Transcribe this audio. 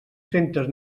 centes